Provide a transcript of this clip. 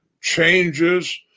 changes